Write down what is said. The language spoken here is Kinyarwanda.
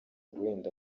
guhenda